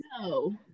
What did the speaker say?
no